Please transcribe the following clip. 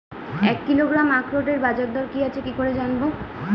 এক কিলোগ্রাম আখরোটের বাজারদর কি আছে কি করে জানবো?